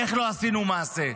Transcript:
איך לא עשינו מעשה.